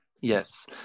yes